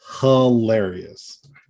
hilarious